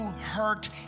hurt